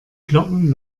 glocken